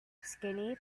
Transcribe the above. skinny